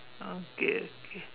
okay okay